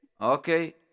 Okay